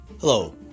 Hello